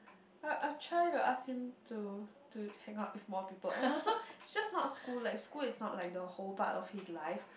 I'll I'll try to ask him to to hang out with more people and also just not school school is not like whole part of his life